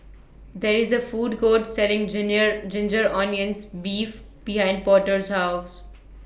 There IS A Food Court Selling Ginger Onions Beef behind Porter's House